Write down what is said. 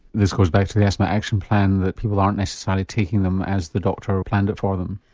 this goes back to the asthma action plan that people aren't necessarily taking them as the doctor planned it for them?